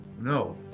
No